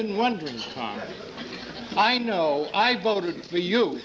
been wondering i know i voted for you